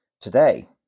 today